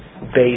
based